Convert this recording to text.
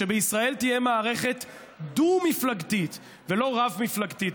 שבישראל תהיה מערכת דו-מפלגתית ולא רב-מפלגתית.